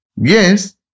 Yes